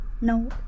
No